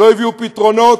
לא הביאו פתרונות,